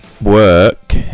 work